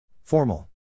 formal